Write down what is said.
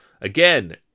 Again